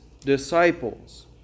disciples